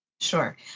Sure